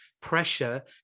pressure